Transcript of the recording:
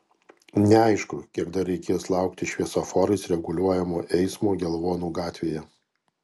neaišku kiek dar reikės laukti šviesoforais reguliuojamo eismo gelvonų gatvėje